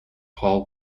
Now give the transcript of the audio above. paul